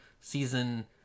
season